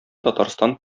татарстан